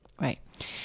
right